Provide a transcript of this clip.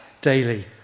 daily